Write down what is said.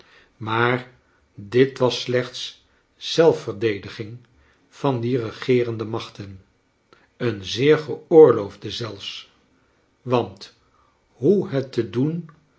maar dit was slechts zelfverdediging van die regeerende machten een zeer geoorloofde zelfs want hoe het te doen